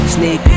Sneak